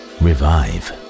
revive